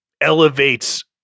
elevates